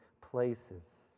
places